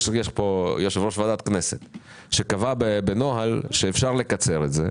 יש פה יושב-ראש ועדת הכנסת שקבע בנוהל שאפשר לקצר את זה.